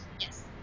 Yes